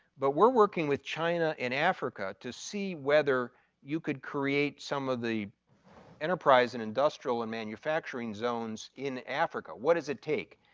but we're working with china and africa, to see whether you could create some of the enterprise and industrial and manufacturing zones in africa, what does it take?